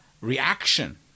reaction